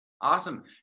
Awesome